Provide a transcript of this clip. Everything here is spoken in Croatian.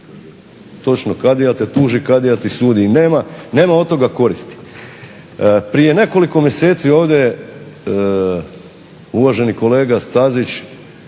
Točno kadija te tuži, kadija ti sudi i nema od toga koristi. Prije nekoliko mjeseci ovdje je uvaženi kolega Stazić